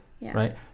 right